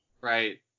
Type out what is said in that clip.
Right